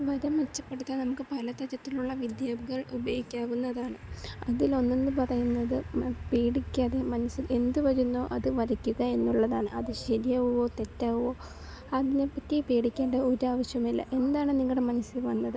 വര മെച്ചപ്പെടുത്താൻ നമുക്ക് പലതരത്തിലുള്ള വിദ്യകൾ ഉപയോഗിക്കാവുന്നതാണ് അതിൽ ഒന്നെന്ന് പറയുന്നത് പേടിക്കാതെ മനസ്സിൽ എന്തുവരുന്നോ അത് വരയ്ക്കുക എന്നുള്ളതാണ് അത് ശരിയാവുമോ തെറ്റാവുമോ അതിനെപ്പറ്റി പേടിക്കേണ്ട ഒരു ആവശ്യവുമില്ല എന്താണ് നിങ്ങടെ മനസ്സിൽ വന്നത്